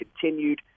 continued